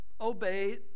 obey